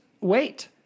wait